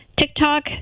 TikTok